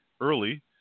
early